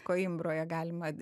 koimbroje galima